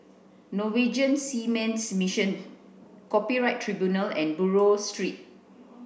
Norwegian Seamen's Mission Copyright Tribunal and Buroh Street